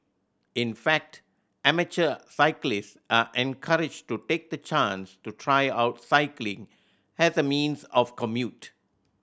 in fact amateur cyclist are encouraged to take the chance to try out cycling as a means of commute